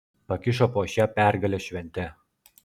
pakišo po šia pergalės švente